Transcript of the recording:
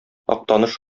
актаныш